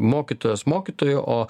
mokytojas mokytoju o